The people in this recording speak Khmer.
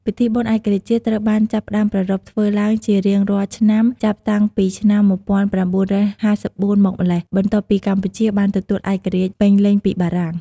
ពិធីបុណ្យឯករាជ្យជាតិត្រូវបានចាប់ផ្ដើមប្រារព្ធធ្វើឡើងជារៀងរាល់ឆ្នាំចាប់តាំងពីឆ្នាំ ១៩៥៤ មកម្ល៉េះ បន្ទាប់ពីកម្ពុជាបានទទួលឯករាជ្យពេញលេញពីបារាំង។